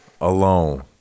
Alone